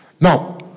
Now